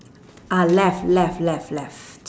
ah left left left left